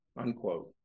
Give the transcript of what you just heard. unquote